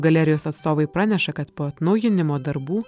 galerijos atstovai praneša kad po atnaujinimo darbų